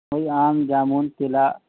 وہی آم جامن کیلا